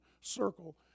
circle